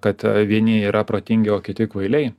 kad vieni yra protingi o kiti kvailiai